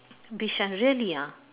bishan really ah